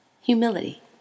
humility